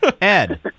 Ed